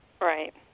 Right